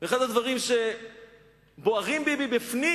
אחד הדברים שבוערים בי מבפנים